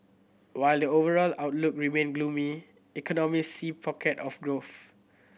while the overall outlook remain gloomy economists see pocket of growth